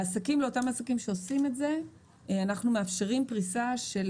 לאותם עסקים שעושים את זה, אנחנו מאפשרים פריסה של